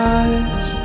eyes